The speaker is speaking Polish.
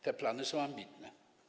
Te plany są ambitne.